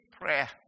prayer